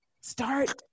start